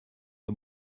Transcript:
the